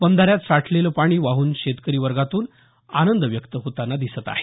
बंधाऱ्यात साठलेलं पाणी पाहन शेतकरी वर्गातून आनंद व्यक्त होतांना दिसत आहे